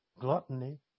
gluttony